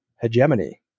Hegemony